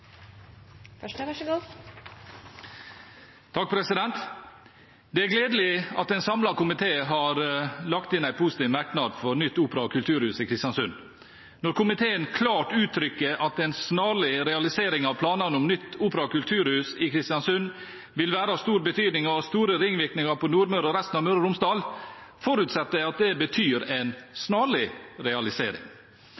gledelig at en samlet komité har lagt inn en positiv merknad for nytt opera- og kulturhus i Kristiansund. Når komiteen klart uttrykker at en snarlig realisering av planene om nytt opera- og kulturhus i Kristiansund vil være av stor betydning og ha store ringvirkninger for Nordmøre og resten av Møre og Romsdal, forutsetter jeg at det betyr en